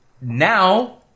now